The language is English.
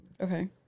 Okay